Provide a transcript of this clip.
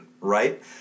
right